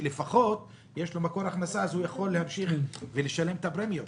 שלפחות יהיה להם מקור הכנסה אז הם יוכלו להמשיך ולשלם את הפרמיות.